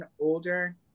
older